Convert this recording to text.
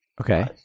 Okay